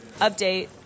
update